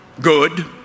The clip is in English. good